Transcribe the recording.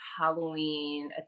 Halloween